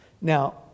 Now